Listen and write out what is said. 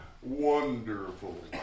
wonderful